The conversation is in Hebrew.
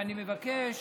ואני מבקש